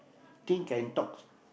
thing can talk